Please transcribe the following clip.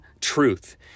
truth